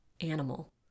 animal